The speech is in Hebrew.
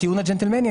הטיעון הג'נטלמני,